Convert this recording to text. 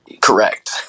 Correct